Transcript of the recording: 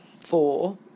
four